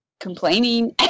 complaining